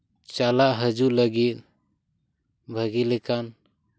ᱪᱟᱞᱟᱜ ᱦᱤᱡᱩᱜ ᱞᱟᱹᱜᱤᱫ ᱵᱷᱟᱹᱜᱤ ᱞᱮᱠᱟᱱ